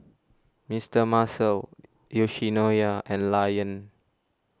Mister Muscle Yoshinoya and Lion